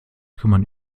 trümmern